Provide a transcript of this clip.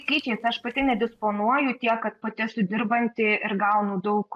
skaičiais aš pati nedisponuoju tiek kad pati esu dirbanti ir gaunu daug